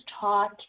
taught